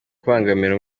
kubangamira